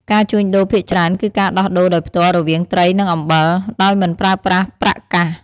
ការជួញដូរភាគច្រើនគឺការដោះដូរដោយផ្ទាល់រវាងត្រីនិងអំបិលដោយមិនប្រើប្រាស់ប្រាក់កាស។